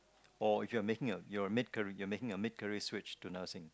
or if you're making a you're make a you're making a mid career switch to nursing